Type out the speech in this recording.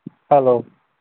hello